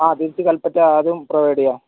ആ തിരിച്ച് കൽപ്പറ്റ ആദ്യം പ്രൊവൈഡ് ചെയ്യാം